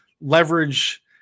leverage